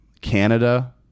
Canada